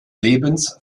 lebens